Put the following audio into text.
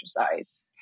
exercise